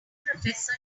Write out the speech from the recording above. professor